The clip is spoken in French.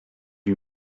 lui